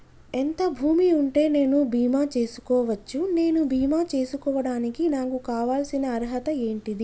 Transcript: ఎంత భూమి ఉంటే నేను బీమా చేసుకోవచ్చు? నేను బీమా చేసుకోవడానికి నాకు కావాల్సిన అర్హత ఏంటిది?